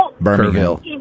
Birmingham